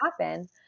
happen